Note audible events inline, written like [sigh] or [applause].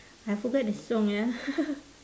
I forget the song ah [laughs]